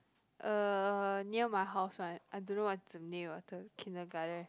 uh near my house [one] I do not know what's the name of the kindergarten